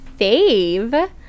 fave